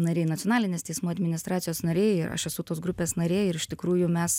nariai nacionalinės teismų administracijos nariai aš esu tos grupės narė ir iš tikrųjų mes